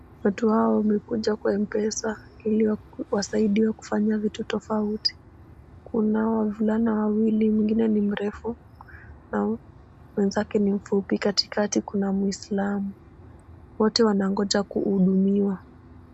Watu hawa wamekuja kwa M-Pesa ili wasaidiwe kufanya vitu tofauti. Kunao wavulana wawili, mwingine ni mrefu na mwenzake ni mfupi. Kati kati kuna Mwislamu. Wote wanangoja kuhudumiwa.